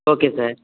okay sir